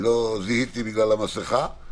שלא זיהיתי בגלל המסכה.